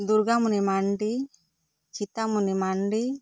Durgamuni Mandi Chitamuni Mandi